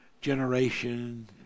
generation